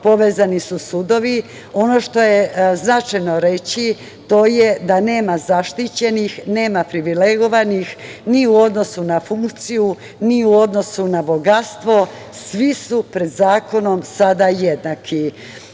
povezani su sudovi. Ono što je značajno reći, to je da nema zaštićenih, nema privilegovanih, ni u odnosu na funkciju, ni u odnosu na bogatstvo, svi su pred zakonom sada jednaki. Moram